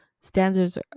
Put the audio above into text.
standards